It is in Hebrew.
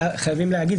שחייבים להגיד.